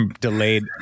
delayed